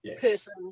person